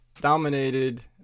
dominated